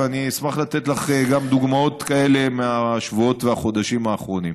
ואני גם אשמח לתת לך דוגמאות כאלה מהשבועות והחודשים האחרונים.